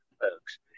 folks